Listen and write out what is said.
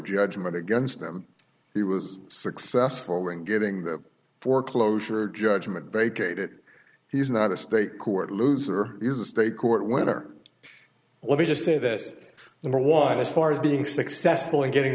judgment against them he was successful in getting the foreclosure judgment vacated he's not a state court loser is a state court winner let me just say this in the wild as far as being successful in getting